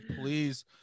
please